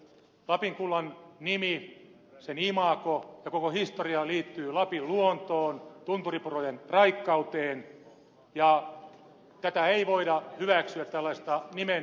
lapin kullan nimi sen imago ja koko historia liittyvät lapin luontoon tunturipurojen raikkauteen ja tätä ei voida hyväksyä tällaista nimen väärinkäyttöä